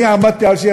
אני עמדתי על שלי.